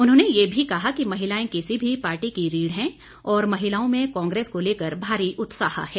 उन्होंने ये भी कहा कि महिलाएं किसी भी पार्टी की रीढ़ हैं और महिलाओं में कांग्रेस को लेकर भारी उत्साह है